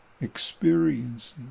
experiencing